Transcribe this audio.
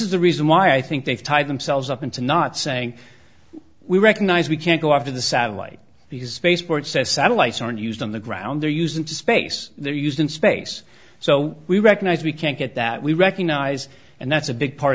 is the reason why i think they've tied themselves up into not saying we recognize we can't go after the satellite because spaceport says satellites aren't used on the ground they're using to space they're used in space so we recognize we can't get that we recognize and that's a big part